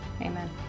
amen